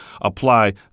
apply